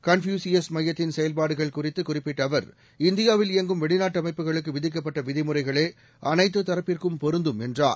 Confucius மையத்தின் செயல்பாடுகள் குறித்துகுறிப்பிட்டஅவர் இந்தியாவில் இயங்கும் வெளிநாட்டுஅமைப்புகளுக்ககுவிதிக்கப்பட்டவிதிமுறைகளேஅனைத்துதரப்பி ற்கும் பொருந்தும் என்றார்